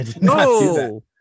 No